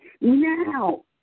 Now